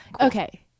okay